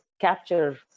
capture